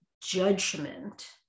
judgment